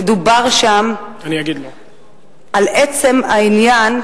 ודובר שם על עצם העניין,